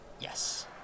Yes